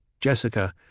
Jessica